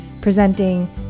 presenting